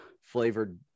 flavored